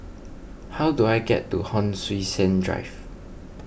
how do I get to Hon Sui Sen Drive